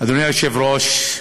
אדוני היושב-ראש,